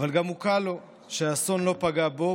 אבל גם מוקל לו שהאסון לא פגע בו,